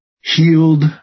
healed